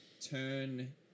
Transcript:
turn